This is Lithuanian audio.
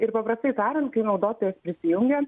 ir paprastai tariant kai naudotojas prisijungia